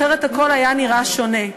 אחרת הכול היה נראה שונה.